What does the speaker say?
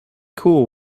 cool